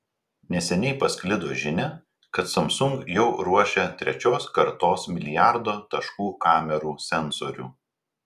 neseniai pasklido žinia kad samsung jau ruošia trečios kartos milijardo taškų kamerų sensorių